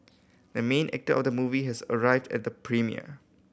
the main actor of the movie has arrived at the premiere